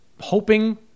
hoping